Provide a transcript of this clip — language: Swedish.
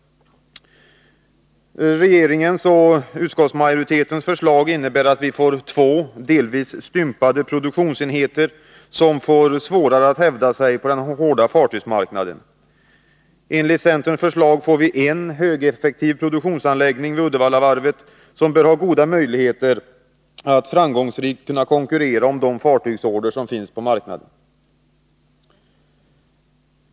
Regeringens och utskottsmajoritetens förslag innebär att vi får två, delvis stympade, produktionsenheter, som får svårare att hävda sig på den hårda fartygsmarknaden. Enligt centerns förslag får vi en högeffektiv produktionsanläggning vid Uddevallavarvet, som bör ha goda möjligheter att framgångsrikt konkurrera om de fartygsorder som finns på marknaden.